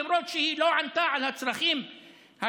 למרות שהיא לא ענתה על הצרכים השיכוניים,